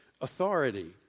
authority